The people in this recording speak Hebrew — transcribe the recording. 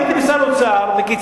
הייתי עם שר האוצר וקיצצנו,